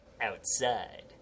Outside